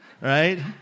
right